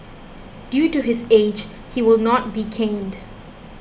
due to his age he will not be caned